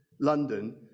London